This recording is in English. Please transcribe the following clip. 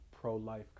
pro-life